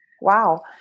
Wow